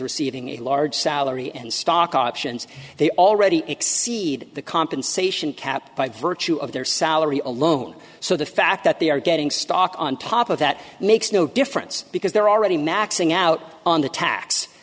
receiving a large salary and stock options they already exceed the compensation cap by virtue of their salary alone so the fact that they are getting stock on top of that makes no difference because they're already maxing out on the